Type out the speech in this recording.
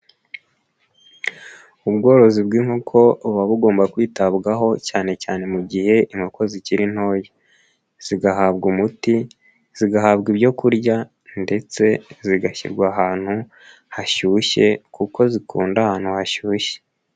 Ubworozi bw'inkoko buba bugomba kwitabwaho cyane cyane mu gihe inkoko zikiri ntoya. Zigahabwa umuti ,zigahabwa ibyo kurya ndetse zigashyirwa ahantu hashyushye kuko zikunda ahantu hashyushye.